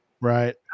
Right